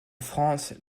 france